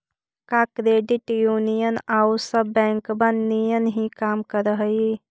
का credit union आउ सब बैंकबन नियन ही काम कर हई?